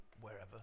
wherever